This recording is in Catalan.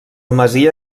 masia